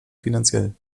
finanziell